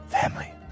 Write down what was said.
family